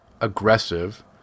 aggressive